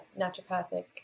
naturopathic